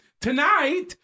Tonight